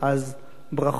אז ברכות,